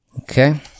Okay